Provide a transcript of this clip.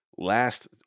Last